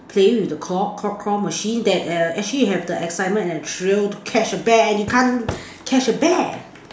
playing with the claw claw claw machine that err actually have the excitement and the thrill to catch a bear and you can't catch a bear